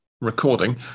recording